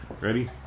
Ready